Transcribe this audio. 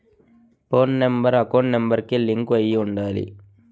పోను number account number కి link అయ్యి ఉండాలి